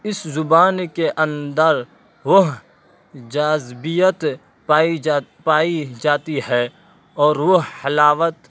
اس زبان کے اندر وہ جاذبیت پائی جات پائی جاتی ہے اور وہ حلاوت